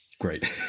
Great